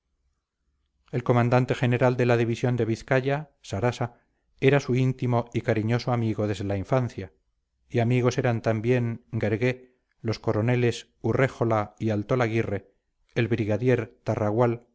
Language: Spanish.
el comandante general de la división de vizcaya sarasa era su íntimo y cariñoso amigo desde la infancia y amigos eran también guergué los coroneles urréjola y altolaguirre el brigadier tarragual